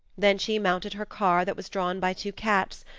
then she mounted her car that was drawn by two cats,